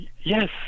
Yes